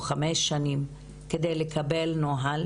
כדי לקבל נוהל,